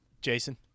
jason